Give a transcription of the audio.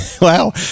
Wow